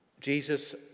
Jesus